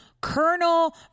Colonel